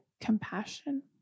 compassion